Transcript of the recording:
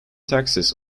taxes